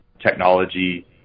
technology